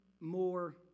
more